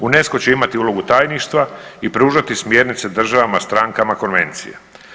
UNESCO će imati ulogu tajništva i pružati smjernice državama strankama konvencije.